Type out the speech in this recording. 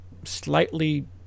slightly